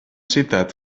citat